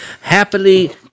happily